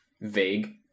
vague